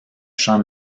champ